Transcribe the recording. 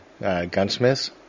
gunsmiths